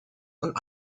und